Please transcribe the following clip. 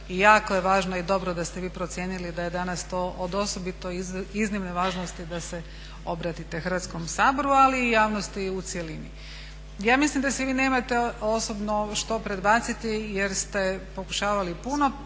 jako je važno i dobro da ste vi procijenili da je danas to od osobito iznimne važnosti da se obratite Hrvatskom saboru, ali i javnosti u cjelini. Ja mislim da si vi nemate osobno što predbaciti jer ste pokušavali puno